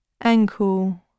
ankle